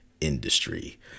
industry